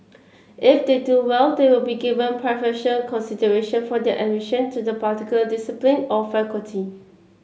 if they do well they will be given preferential consideration for their admission to the particular discipline or faculty